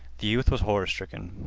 the youth was horrorstricken.